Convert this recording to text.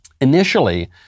Initially